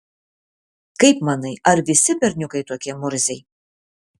kaip manai ar visi berniukai tokie murziai